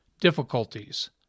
difficulties